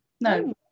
No